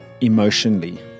emotionally